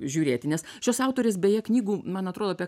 žiūrėti nes šios autorės beje knygų man atrodo apie